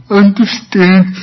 understand